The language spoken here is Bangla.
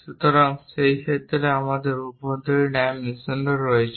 সুতরাং সেই ক্ষেত্রে আমাদের অভ্যন্তরীণ ডাইমেনশনও রয়েছে